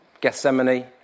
Gethsemane